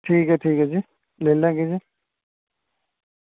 ठीक ऐ ठीक ऐ जी लेई जाह्गे